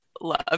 love